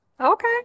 Okay